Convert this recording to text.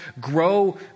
grow